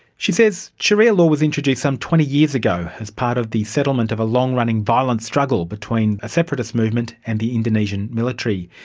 she says sharia law was introduced some twenty years ago as part of the settlement of a long-running violent struggle between a separatist movement and the indonesian military.